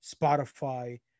Spotify